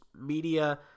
media